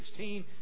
16